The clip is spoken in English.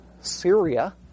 Syria